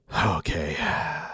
Okay